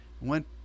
Went